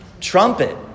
Trumpet